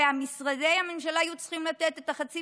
ומשרדי הממשלה היו צריכים לתת את החצי